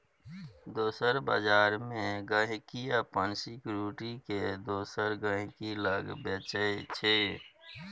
दोसर बजार मे गांहिकी अपन सिक्युरिटी केँ दोसर गहिंकी लग बेचय छै